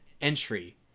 entry